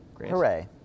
Hooray